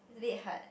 it's a bit hard